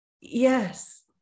yes